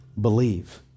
believe